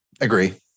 Agree